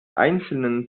einzelnen